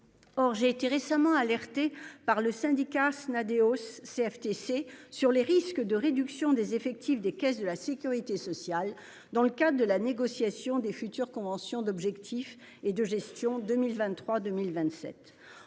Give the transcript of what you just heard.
Hors j'ai été récemment alerté par le syndicat nader. CFTC sur les risques de réduction des effectifs des caisses de la Sécurité sociale. Dans le cas de la négociation des futurs convention d'objectifs et de gestion 2023 2027